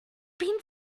been